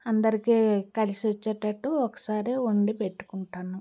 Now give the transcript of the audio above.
అందరికీ కలిసి వచ్చేటట్టు ఒకసారి వండి పెట్టుకుంటాను